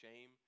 shame